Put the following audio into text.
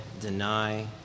deny